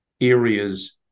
areas